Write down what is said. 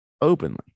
openly